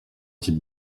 type